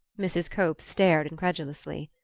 mrs. cope stared incredulously.